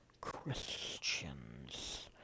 Christians